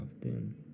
often